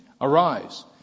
Arise